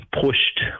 pushed